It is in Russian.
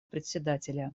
председателя